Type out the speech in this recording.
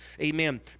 amen